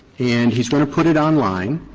and he's going to put it online,